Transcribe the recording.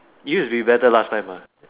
it used to be better last time ah